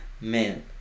Man